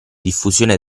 diffusione